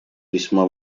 весьма